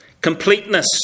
completeness